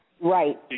Right